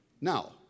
Now